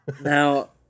now